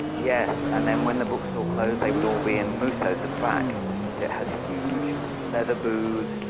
yeah and then when the bookstore closed, they would all be in musso's at the back it has huge leather booths.